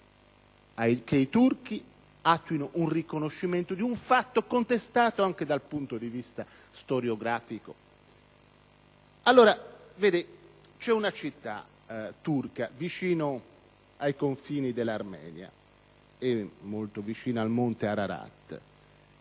che i turchi operino un riconoscimento di un fatto contestato anche dal punto di vista storiografico. Vi è una città turca, vicino ai confini dell'Armenia e molto vicino al monte Ararat,